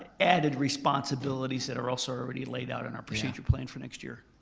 and added responsibilities that are also already laid out in our procedure plan for next year.